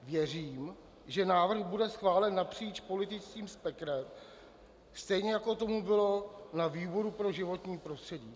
Věřím, že návrh bude schválen napříč politickým spektrem, stejně jako tomu bylo na výboru pro životní prostředí.